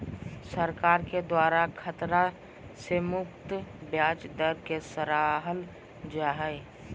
सरकार के द्वारा खतरा से मुक्त ब्याज दर के सराहल जा हइ